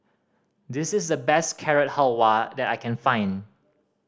this is the best Carrot Halwa that I can find